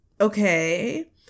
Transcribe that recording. okay